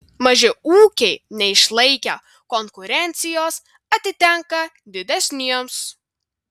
maži ūkiai neišlaikę konkurencijos atitenka didesniems